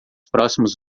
próximos